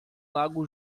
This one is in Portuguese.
lago